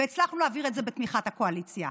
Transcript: והצלחנו להעביר את זה בתמיכת הקואליציה.